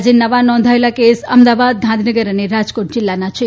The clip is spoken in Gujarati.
આજે નવા નોંધાયલા કેસ અમદાવાદ ગાંધીનગર અને રાજકોટ જિલ્લાના છે